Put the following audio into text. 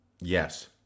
Yes